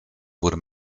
wurde